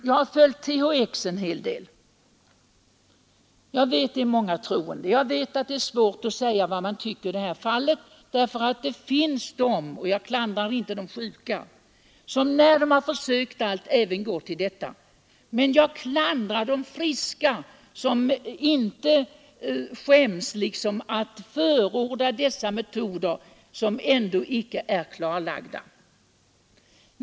Jag har också följt med THX-preparatet en hel del och vet att det där finns många troende. Likaledes vet jag att det är svårt att säga vad man skall tycka i detta fall, därför att det finns sjuka människor — och jag klandrar inte dem — som går till kvacksalvare när de har försökt allt annat. Men jag klandrar de friska som inte skäms för att förorda sådana metoder som ju ändå inte är utforskade.